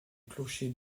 clochers